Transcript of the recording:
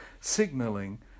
signaling